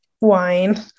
wine